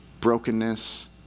brokenness